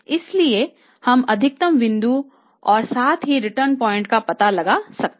इसलिए हम अधिकतम बिंदु और साथ ही रिटर्न पॉइंटका पता लगा सकते हैं